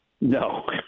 no